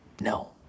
no